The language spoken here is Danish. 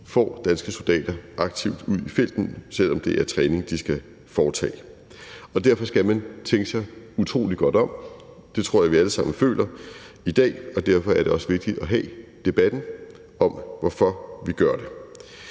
får danske soldater aktivt ud i felten, selv om det er træning, de skal foretage. Derfor skal man tænke sig utrolig godt om. Det tror jeg at vi alle sammen føler i dag. Derfor er det også vigtigt at have debatten om, hvorfor vi gør det.